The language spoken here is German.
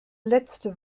letzte